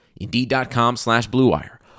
Indeed.com/slash/bluewire